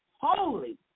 holy